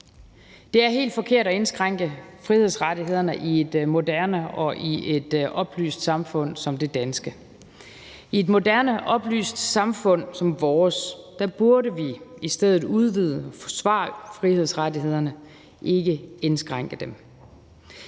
Det er helt forkert at indskrænke frihedsrettighederne i et moderne og oplyst samfund som det danske. I et moderne og oplyst samfund som vores burde vi i stedet udvide og forsvare frihedsrettighederne, ikke indskrænke dem.